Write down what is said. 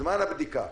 זמן הבדיקה.